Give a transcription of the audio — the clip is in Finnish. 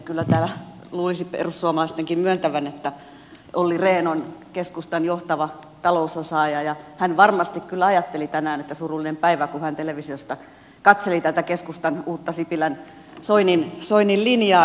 kyllä täällä luulisi perussuomalaistenkin myöntävän että olli rehn on keskustan johtava talousosaaja ja hän varmasti kyllä ajatteli tänään että surullinen päivä kun hän televisiosta katseli tätä keskustan uutta sipilänsoinin linjaa